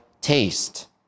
taste